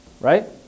Right